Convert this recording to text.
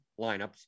lineups